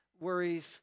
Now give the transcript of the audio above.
worries